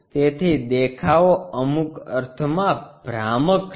તેથી દેખાવો અમુક અર્થમાં ભ્રામક છે